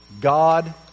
God